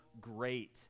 great